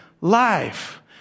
life